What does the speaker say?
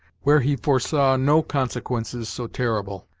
where he foresaw no consequences so terrible.